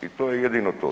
I to je jedino to.